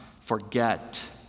forget